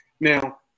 Now